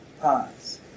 pause